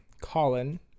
colin